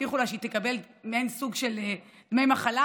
הבטיחו לה שהיא תקבל מעין סוג של דמי מחלה,